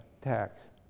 tax